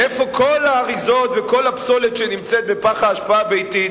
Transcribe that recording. ואיפה כל האריזות וכל הפסולת שנמצאת בפח האשפה הביתי?